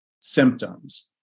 symptoms